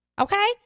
okay